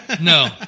no